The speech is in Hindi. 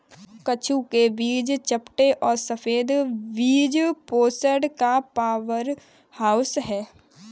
कद्दू के बीज चपटे और सफेद बीज पोषण का पावरहाउस हैं